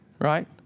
right